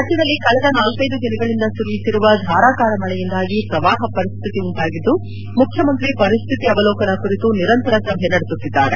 ರಾಜ್ಯದಲ್ಲಿ ಕಳೆದ ನಾಲ್ಕೈದು ದಿನಗಳಿಂದ ಸುರಿಯುತ್ತಿರುವ ಧಾರಕಾರ ಮಳೆಯಿಂದಾಗಿ ಪ್ರವಾಪ ಪರಿಸ್ಹಿತಿ ಉಂಟಾಗಿದ್ದುಮುಖ್ಚಮಂತ್ರಿ ಪರಿಸ್ಥಿತಿ ಅವಲೋಕನ ಕುರಿತು ನಿರಂತರ ಸಭೆ ನಡೆಸುತ್ತಿದ್ದಾರೆ